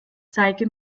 zeige